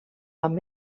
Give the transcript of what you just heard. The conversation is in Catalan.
amb